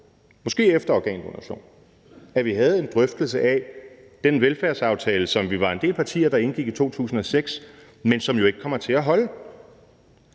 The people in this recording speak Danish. måske efter organdonation – at vi havde en drøftelse af den velfærdsaftale, som vi var en del partier der indgik i 2006, men som jo ikke kommer til at holde.